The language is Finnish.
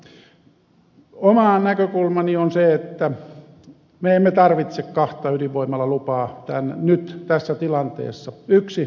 oma näkökulmani on se että me emme tarvitse kahta ydinvoimalalupaa nyt tässä tilanteessa yksi riittää